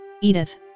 Edith